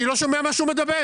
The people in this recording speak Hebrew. אני לא שומע מה שהוא מדבר.